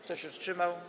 Kto się wstrzymał?